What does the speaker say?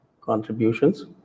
contributions